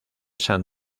san